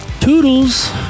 Toodles